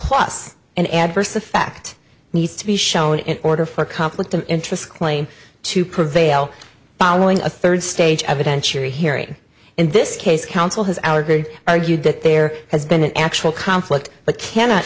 plus an adverse effect needs to be shown in order for conflict of interest claim to prevail following a third stage evidentiary hearing in this case counsel has our very argued that there has been an actual conflict but cannot